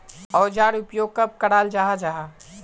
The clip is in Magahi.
औजार उपयोग कब कराल जाहा जाहा?